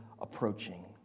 approaching